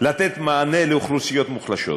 לתת מענה לאוכלוסיות מוחלשות.